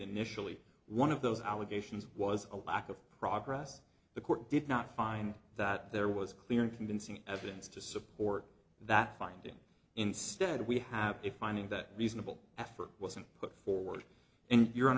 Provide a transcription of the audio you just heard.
initially one of those allegations was a lack of progress the court did not find that there was clear and convincing evidence to support that finding instead we have a finding that reasonable effort wasn't put forward and